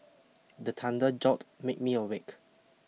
the thunder jolt make me awake